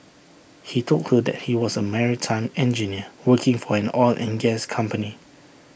he told her that he was A maritime engineer working for an oil and gas company